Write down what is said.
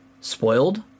spoiled